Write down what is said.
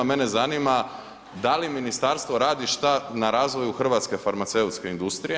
Mene zanima da li ministarstvo radi šta na razvoju hrvatske farmaceutske industrije?